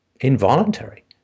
involuntary